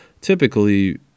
Typically